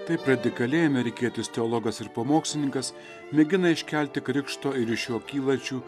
taip radikaliai amerikietis teologas ir pamokslininkas mėgina iškelti krikšto ir iš jo kylančių